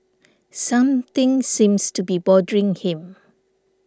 something seems to be bothering him